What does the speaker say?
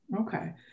Okay